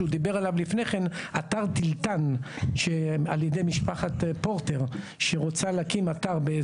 אתר תלתן על-ידי משפחת פורטר שרוצה להקים אתר,